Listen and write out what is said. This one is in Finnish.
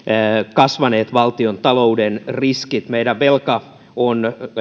kasvaneet valtiontalouden riskit meidän velka on